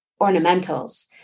ornamentals